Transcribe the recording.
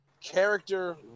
character